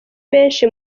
benshi